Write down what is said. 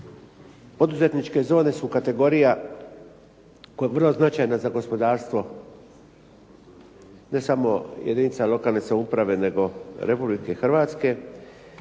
poduzetničke zone su kategorija koja je vrlo značajna za gospodarstvo, ne samo jedinica lokalne samouprave nego Republike Hrvatske,